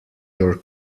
your